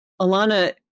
Alana